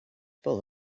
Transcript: full